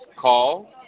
call